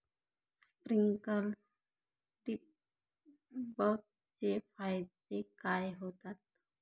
Sprinklers ठिबक चे फायदे काय होतात?